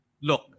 look